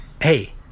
hey